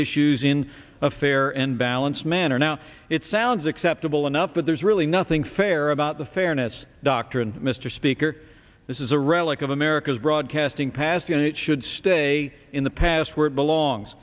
issues in a fair and balanced manner now it sounds acceptable enough but there's really nothing fair about the fairness doctrine mr speaker this is a relic of america's broadcasting past and it should stay in the past where it belongs